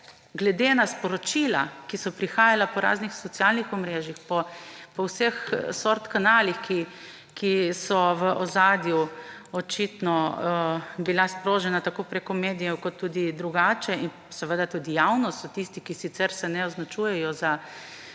glede na sporočila, ki so prihajala po raznih socialnih omrežjih, po različnih kanalih, ki so v ozadju očitno bila sprožena tako preko medijev kot tudi drugače; in seveda tudi javno so tisti, ki sicer se ne označujejo za